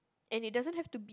and it doesn't have to be